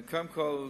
קודם כול,